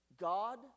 God